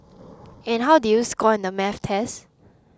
and how did you score in the maths test